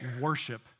Worship